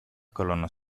colonna